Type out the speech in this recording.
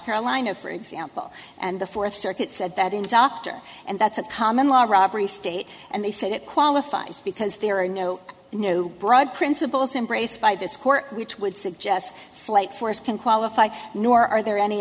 carolina for example and the fourth circuit said that in dr and that's a common law robbery state and they say that qualifies because there are no new broad principles embraced by this court which would suggest slight force can qualify nor are there any